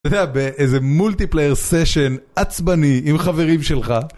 אתה יודע באיזה מולטיפלייר סשן עצבני עם חברים שלך